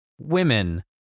women